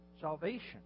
salvation